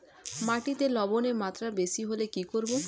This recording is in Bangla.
মাটিতে লবণের মাত্রা বেশি হলে কি করব?